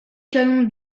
canons